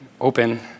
open